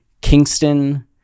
Kingston